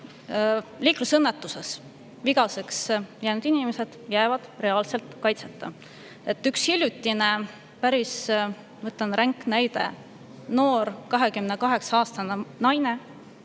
liiklusõnnetuse järel vigaseks jäänud inimesed reaalselt kaitseta. Üks hiljutine päris ränk näide: noor, 28-aastane naine